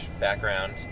background